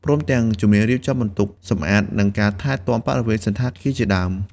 ព្រមទាំងជំនាញរៀបចំបន្ទប់ សម្អាត និងការថែទាំបរិវេណសណ្ឋាគារជាដើម។